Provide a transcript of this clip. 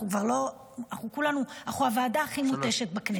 אנחנו הוועדה הכי מותשת בכנסת.